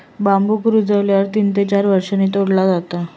बांबुक रुजल्यावर तीन ते चार वर्षांनंतर तोडला जाता